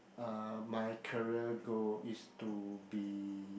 uh my career goal is to be